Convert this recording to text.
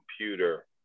computer